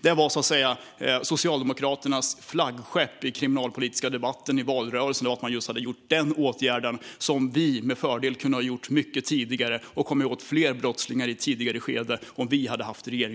Detta var så att säga Socialdemokraternas flaggskepp i den kriminalpolitiska debatten i valrörelsen, att man vidtagit just den åtgärden. Om vi hade haft regeringsmakten hade vi kunnat vidta den mycket tidigare och därmed kommit åt fler brottslingar i ett tidigare skede.